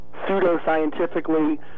pseudoscientifically